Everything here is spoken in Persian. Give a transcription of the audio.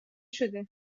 شده